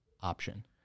option